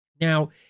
Now